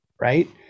right